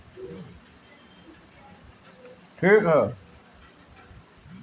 मोहेर एक तरह कअ महंग किस्म कअ फाइबर बाटे